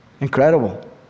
Incredible